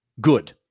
good